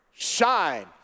shine